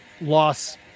loss